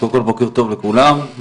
בוקר טוב לכולם.